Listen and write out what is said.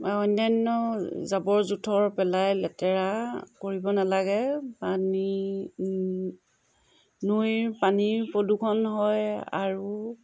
অন্যান্য জাবৰ জোথৰ পেলাই লেতেৰা কৰিব নালাগে পানী নৈৰ পানীৰ প্ৰদূষণ হয় আৰু